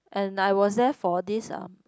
and I was there for this um